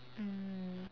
mm